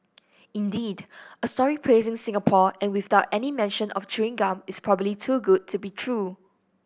indeed a story praising Singapore and without any mention of chewing gum is probably too good to be true